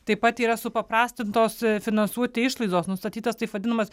taip pat yra supaprastintos finansuoti išlaidos nustatytas taip vadinamas